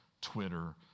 Twitter